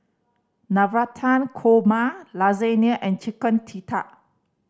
Navratan Korma Lasagne and Chicken Tikka